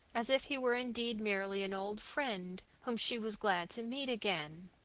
as if he were indeed merely an old friend whom she was glad to meet again.